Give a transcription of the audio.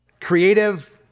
creative